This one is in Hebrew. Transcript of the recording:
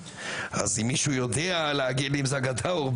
אז אם מישהו יודע להגיד לי אני אשמח.